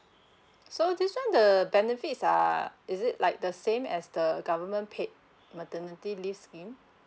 so this one the benefits are is it like the same as the the government paid maternity leave scheme